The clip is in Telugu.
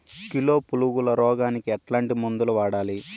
కిలో పులుగుల రోగానికి ఎట్లాంటి మందులు వాడాలి?